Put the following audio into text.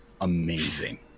amazing